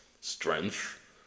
strength